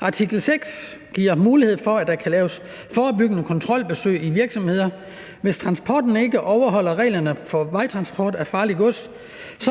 Artikel 6 giver mulighed for, at der kan laves forebyggende kontrolbesøg i virksomheder. Hvis transporten ikke overholder reglerne for vejtransport af farligt gods,